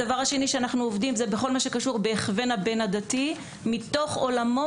הדבר השני שאנחנו עובדים זה בכל מה שקשור בהכוון הבין-עדתי מתוך עולמו,